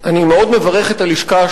אני מאוד מברך את הלשכה,